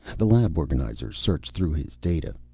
the lab organizer searched through his data.